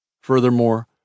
Furthermore